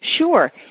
Sure